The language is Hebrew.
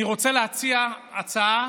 אני רוצה להציע הצעה: